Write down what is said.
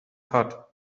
hat